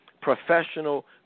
professional